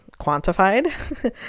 quantified